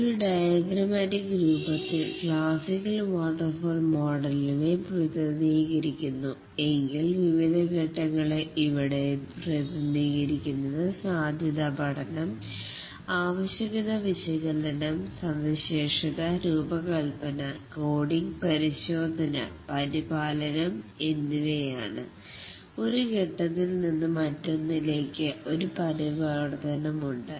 ഒരു ഡയഗ്രമാറ്റിക് രൂപത്തിൽ classical waterfall മോഡലിനെ പ്രതിനിധീകരിക്കുന്നു എങ്കിൽ വിവിധഘട്ടങ്ങളെ ഇവിടെ പ്രതിനിധീകരിക്കുന്നത് സാധ്യത പഠനം ആവശ്യകത വിശകലന സവിശേഷത രൂപകൽപന കോഡിംഗ് പരിശോധന പരിപാലനം എന്നിവയാണ് ഒരു ഘട്ടത്തിൽ നിന്ന് മറ്റൊന്നിലേക്ക് ഒരു പരിവർത്തനം ഉണ്ട്